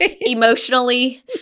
Emotionally